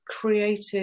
creative